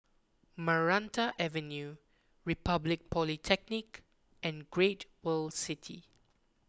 Maranta Avenue Republic Polytechnic and Great World City